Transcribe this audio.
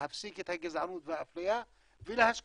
להפסיק את הגזענות והאפליה ולהשקיע,